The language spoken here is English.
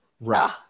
Right